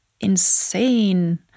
insane